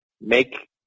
make